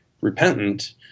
repentant